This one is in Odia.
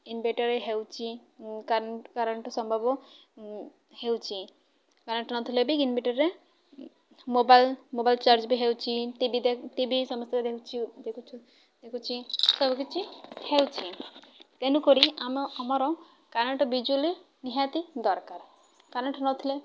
ଇନଭଟରରେ ହେଉଛି କଣ୍ଟ କରେଣ୍ଟ ସମ୍ଭବ ହେଉଛି କରେଣ୍ଟ ନଥିଲେ ବି ଇନଭଟରରେ ମୋବାଇଲ ମୋବାଇଲ ଚାର୍ଜ ବି ହେଉଛି ଟି ଭି ଟି ଭି ସମସ୍ତେ ଦେଖୁଛୁ ଦେଖୁଛିି ସବୁ କିିଛି ହେଉଛି ତେଣୁକରି ଆମ ଆମର କରେଣ୍ଟ ବିଜୁଳି ନିହାତି ଦରକାର କରେଣ୍ଟ ନଥିଲେ